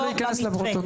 זה לא ייכנס לפרוטוקול.